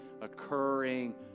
occurring